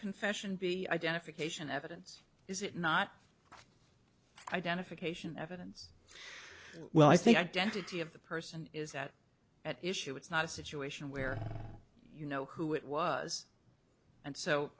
confession be identification evidence is it not identification evidence well i think identity of the person is that at issue it's not a situation where you know who it was and so